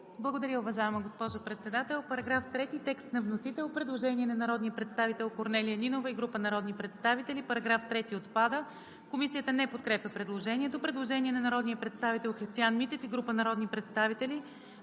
Благодаря, уважаема госпожо Председател. По § 3 – текст на вносител. Предложение на народния представител Корнелия Нинова и група народни представители: „§ 3 – отпада.“ Комисията не подкрепя предложението. Предложение на народния представител Христиан Митев и група народни представители: